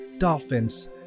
Dolphins